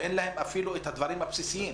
ואין להן אפילו את הדברים הבסיסיים.